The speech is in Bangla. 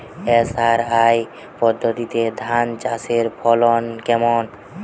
এস.আর.আই পদ্ধতিতে ধান চাষের ফলন কেমন?